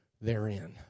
therein